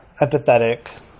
empathetic